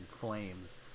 flames